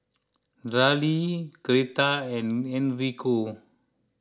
Daryle Greta and Enrico